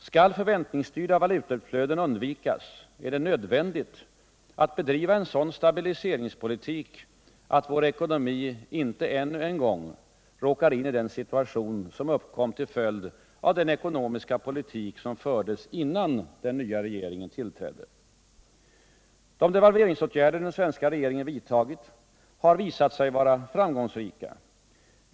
Skall förväntningsstyrda valutautflöden undvikas, är det nödvändigt att bedriva en sådan stabiliseringspolitik att vår ekonomi inte än en gång råkar in i den situation som uppkom till följd av den ekonomiska politik som fördes innan den nya regeringen tillträdde. De devalveringsåtgärder den svenska regeringen vidtagit har visat sig vara framgångsrika.